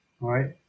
right